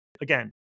Again